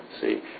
see